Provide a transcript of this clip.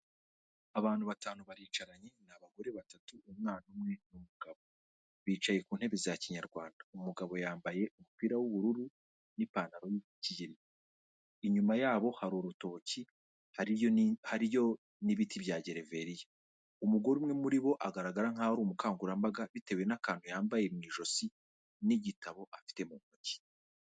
Abantu batanu baricaranye, ni abagore batatu, umwana umwe, n'umugabo, bicaye ku ntebe za kinyarwanda, umugabo yambaye umupira w'ubururu, n'ipantaro y'ikigina, inyuma yabo hari urutoki, hariyo ni hariyo n'ibiti bya gereveriya, umugore umwe muri bo agaragara nkaho ari umukangurambaga, bitewe n'akantu yambaye mu ijosi, n'igitabo afite mu ntoki.